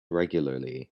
regularly